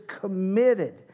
committed